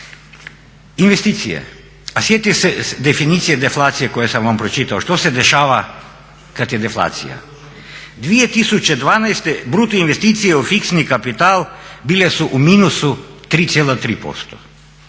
Investicije, a sjetite se definicije deflacije koju sam vam pročitao, što se dešava kad je deflacija? 2012. bruto investicije u fiksni kapital bile su u minusu 3,3%.